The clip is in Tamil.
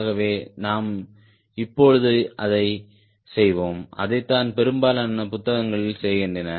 ஆகவே நாம் இப்பொழுது அதை செய்வோம் அதைத்தான் பெரும்பாலான புத்தகங்கள் செய்கின்றன